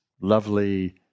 lovely